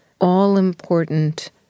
all-important